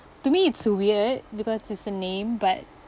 to me it's weird because it's a name but